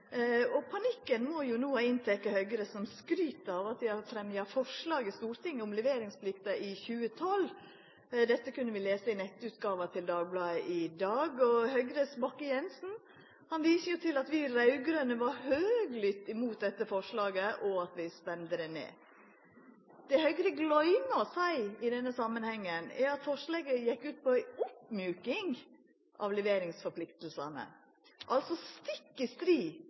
Panikken må jo no ha innteke Høgre, som skryt av at dei har fremja forslag i Stortinget om leveringsplikta i 2012. Dette kunne vi lesa i nettutgåva til Dagbladet i dag. Høgres Bakke-Jensen viser til at vi raud-grøne var høglydte imot dette forslaget, og at vi stemde det ned. Det Høgre gløymer å seia i denne samanhengen, er at forslaget gjekk ut på ei oppmjuking av leveringspliktene – altså stikk i strid